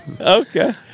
Okay